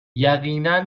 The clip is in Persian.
یقینا